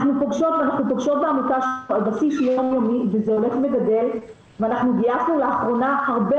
אנחנו פוגשות בעמותה על בסיס יום יומי וזה הולך וגדל וגייסנו לאחרונה הרבה